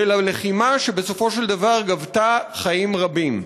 וללחימה שבסופו של דבר גבתה חיים רבים.